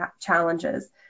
challenges